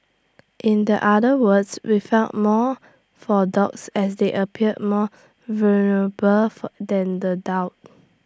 in the other words we found more for dogs as they appear more vulnerable for than the doubt